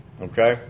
Okay